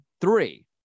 three